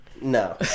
no